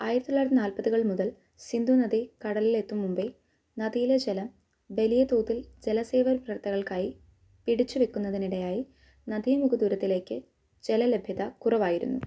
ആയിരത്തി തൊള്ളായിരത്തി നാല്പതുകൾ മുതൽ സിന്ധുനദി കടലിലെത്തും മുമ്പേ നദിയിലെ ജലം വലിയതോതിൽ ജലസേവനപ്രവർത്തനങ്ങൾക്കായി പിടിച്ചു വയ്ക്കുന്നതിനിടയായി നദീമുഖദൂരത്തിലേക്ക് ജലലഭ്യത കുറവായിരുന്നു